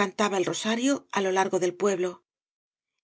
cantaba el rosario á lo largo del pueblo